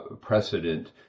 precedent